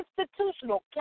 institutional